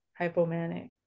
hypomanic